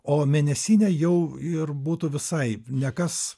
o mėnesinė jau ir būtų visai nekas